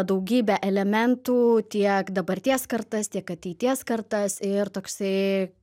daugybę elementų tiek dabarties kartas tiek ateities kartas ir toksai